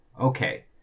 Okay